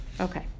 okay